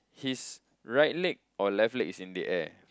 his right leg or left leg is in the air